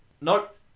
Nope